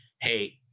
hey